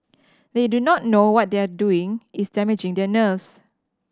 they do not know what they are doing is damaging their nerves